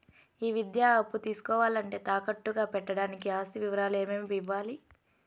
ఈ విద్యా అప్పు తీసుకోవాలంటే తాకట్టు గా పెట్టడానికి ఆస్తి వివరాలు ఏమేమి ఇవ్వాలి?